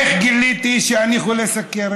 איך גיליתי שאני חולה סוכרת?